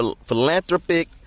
philanthropic